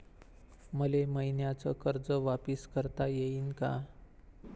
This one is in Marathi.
मले मईन्याचं कर्ज वापिस करता येईन का?